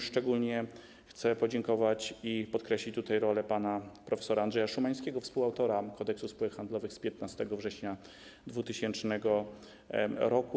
Szczególnie chcę podziękować i podkreślić rolę pana prof. Andrzeja Szumańskiego, współautora Kodeksu spółek handlowych z 15 września 2000 r.